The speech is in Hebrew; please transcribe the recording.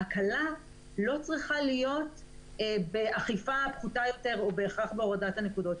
ההקלה לא צריכה להיות באכיפה פחותה יותר או בהכרח בהורדת הנקודות.